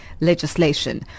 legislation